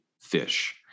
fish